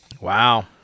Wow